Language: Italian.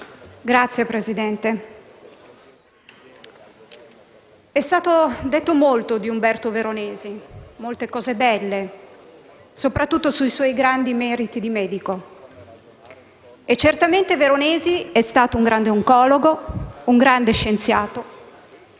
Signor Presidente, è stato detto molto di Umberto Veronesi, molte cose belle, soprattutto sui suoi grandi meriti di medico e certamente Veronesi è stato un grande oncologo e un grande scienziato.